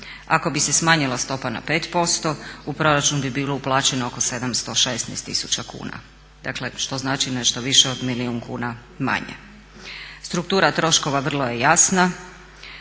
Ako bi se smanjila stopa na 5% u proračun bi bilo uplaćeno oko 716 tisuća kuna. Dakle, što znači nešto više od milijun kuna manje. Struktura troškova vrlo je jasna,